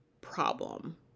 problem